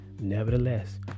nevertheless